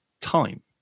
time